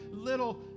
Little